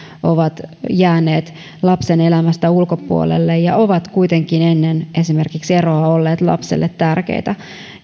ovat jääneet lapsen elämästä ulkopuolelle kun he ovat kuitenkin esimerkiksi ennen eroa olleet lapselle tärkeitä